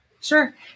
Sure